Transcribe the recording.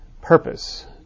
purpose